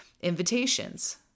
invitations